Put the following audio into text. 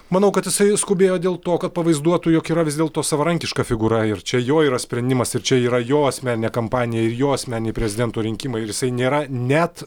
manau kad jisai skubėjo dėl to kad pavaizduotų jog yra vis dėlto savarankiška figūra ir čia jo yra sprendimas ir čia yra jo asmeninė kampanija ir jo asmeniniai prezidento rinkimai ir jisai nėra net